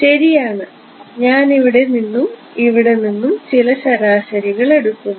ശരിയാണ് ഞാൻ ഇവിടെ നിന്നും ഇവിടെ നിന്നും ചില ശരാശരികൾ എടുക്കുന്നു